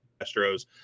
Astros